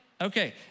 Okay